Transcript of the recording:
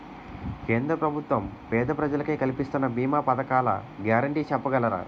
కేంద్ర ప్రభుత్వం పేద ప్రజలకై కలిపిస్తున్న భీమా పథకాల గ్యారంటీ చెప్పగలరా?